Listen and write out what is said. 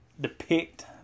depict